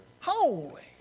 Holy